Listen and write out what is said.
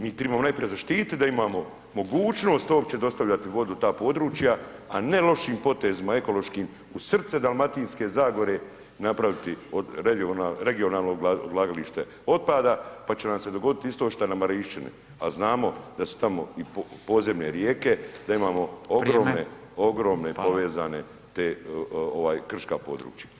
Mi tribamo najprije zaštititi da imamo mogućnost uopće dostavljati vodu u ta područja, a ne lošim potezima ekološkim u srce Dalmatinske zagore napraviti od regionalno odlagalište otpada, pa će nam se dogodit isto šta i na Marinšćni, a znamo da su tamo i podzemne rijeke, da imamo ogromne [[Upadica: Vrijeme.]] ogromne povezane te ovaj krška područja.